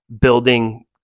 building